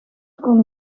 kon